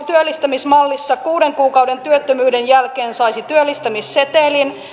työllistämismallissa kuuden kuukauden työttömyyden jälkeen saisi työllistämissetelin